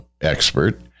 expert